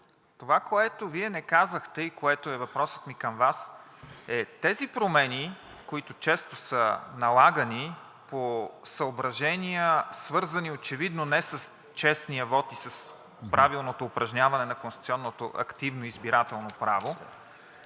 Това, което Вие не казахте, и това е въпросът ми към Вас: тези промени, които често са налагани по съображения, свързани очевидно не с честния вот и с правилното упражняване на конституционното активно избирателно право,